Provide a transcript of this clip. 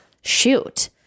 shoot